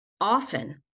often